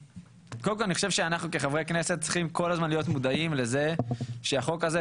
אני חושב שאנחנו כחברי כנסת צריכים כל הזמן להיות מודעים לזה שהחוק הזה,